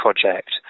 project